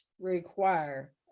require